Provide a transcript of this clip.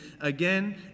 again